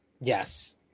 Yes